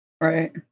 right